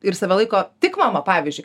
ir save laiko tik mama pavyzdžiui